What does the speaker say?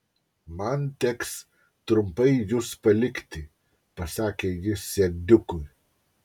man teks trumpai jus palikti pasakė jis serdiukui